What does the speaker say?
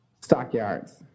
stockyards